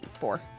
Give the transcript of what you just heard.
four